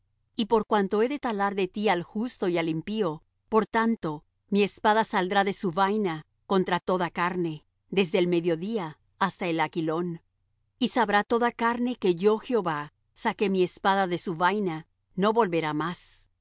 y por cuanto he de talar de ti al justo y al impío por tanto mi espada saldrá de su vaina contra toda carne desde el mediodía hasta el aquilón y sabrá toda carne que yo jehová saqué mi espada de su vaina no volverá más